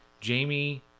Jamie